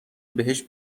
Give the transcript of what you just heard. بهش